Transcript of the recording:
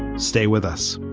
stay with us